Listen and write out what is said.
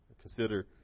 Consider